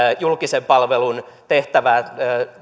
julkisen palvelun tehtävää